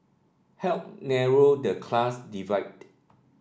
help narrow the class divide